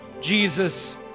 Jesus